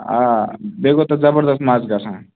آ بیٚیہِ گوٚو تَتھ زَبردست مَزٕ گژھان